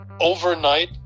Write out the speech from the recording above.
Overnight